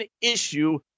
issue